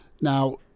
Now